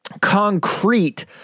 concrete